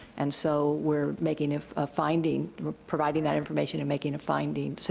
and so we're making a finding, we're providing that information and making a finding, so